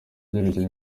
byerekana